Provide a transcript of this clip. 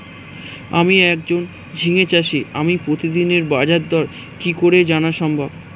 আমি একজন ঝিঙে চাষী আমি প্রতিদিনের বাজারদর কি করে জানা সম্ভব?